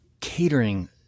catering